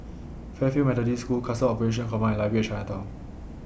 Fairfield Methodist School Customs Operations Command and Library At Chinatown